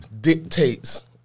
dictates